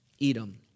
Edom